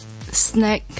snack